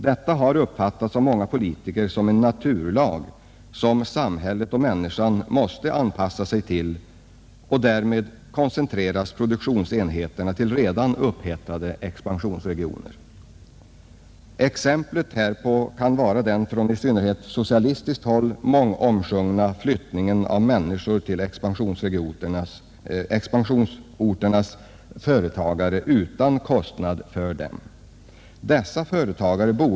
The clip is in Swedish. Detta har av många politiker uppfattats som en naturlag, som samhället och människan måste anpassa sig till, och därmed koncentreras produktionsenheterna till redan upphettade expansionsregioner. Exempel härpå kan vara den från i synnerhet socialistiskt håll mångomsjungna flyttningen av människor till expansionsorternas företag utan kostnader för företagarna.